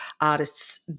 artists